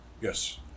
Yes